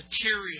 material